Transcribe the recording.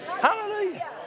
Hallelujah